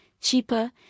cheaper